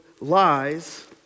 lies